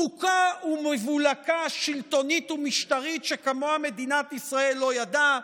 בוקה ומבולקה שלטונית ומשטרית שכמוה מדינת ישראל לא ידעה.